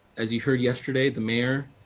as you heard yesterday, the mayor,